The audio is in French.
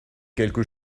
quelque